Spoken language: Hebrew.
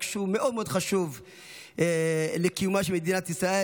שהוא מאוד מאוד חשוב לקיומה של מדינת ישראל,